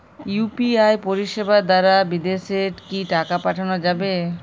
UPI পরিষেবা দারা বিদেশে কি টাকা পাঠানো যাবে?